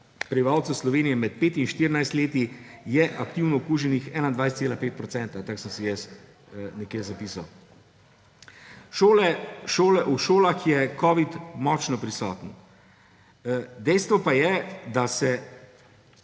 prebivalcev Slovenije med 5 in 14 let je aktivno okuženih 21,5 %, tako sem si jaz nekje zapisal. V šolah je covid močno prisoten. Dejstvo pa je, da se